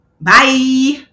Bye